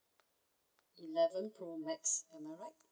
eleven pro max am I right